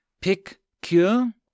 Pick-cure